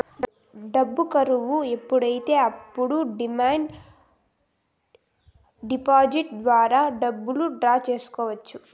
డబ్బు కరువు ఏర్పడితే అప్పుడు డిమాండ్ డిపాజిట్ ద్వారా డబ్బులు డ్రా చేసుకోవచ్చు